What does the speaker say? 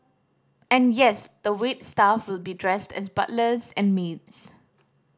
and yes the wait staff will be dressed as butlers and maids